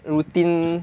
routine